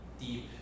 deep